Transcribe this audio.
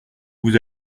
vous